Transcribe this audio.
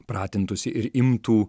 pratintųsi ir imtų